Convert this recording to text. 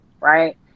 right